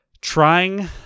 trying